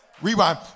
Rewind